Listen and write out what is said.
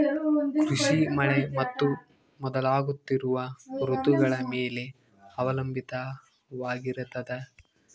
ಕೃಷಿ ಮಳೆ ಮತ್ತು ಬದಲಾಗುತ್ತಿರುವ ಋತುಗಳ ಮೇಲೆ ಅವಲಂಬಿತವಾಗಿರತದ